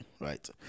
right